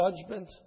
judgment